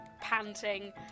panting